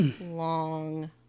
long